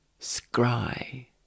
Scry